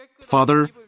Father